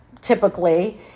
typically